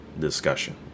discussion